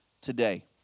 today